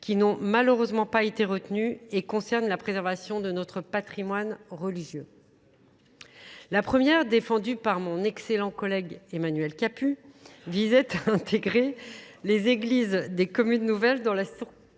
qui n'ont malheureusement pas été retenues et concernent la préservation de notre patrimoine religieux. La première, défendue par mon excellent collègue Emmanuel Capu, visait à intégrer les églises des communes nouvelles dans la